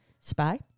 Spy